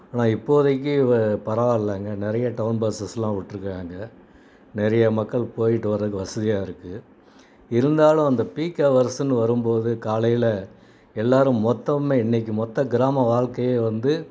ஆனால் இப்போதைக்கு வ பரவாயில்லைங்க நிறைய டவுன் பஸ்ஸஸ்ஸெலாம் விட்ருக்கறாங்க நிறைய மக்கள் போயிட்டு வரதுக்கு வசதியாக இருக்குது இருந்தாலும் அந்த பீக் ஹவர்ஸுன்னு வரும்போது காலையில் எல்லோரும் மொத்தமும் இன்றைக்கி மொத்தம் கிராம வாழ்க்கையே வந்து